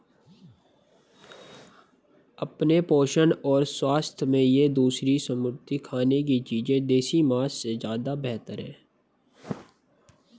अपने पोषण और स्वाद में ये दूसरी समुद्री खाने की चीजें देसी मांस से ज्यादा बेहतर है